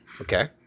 Okay